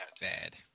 Bad